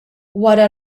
wara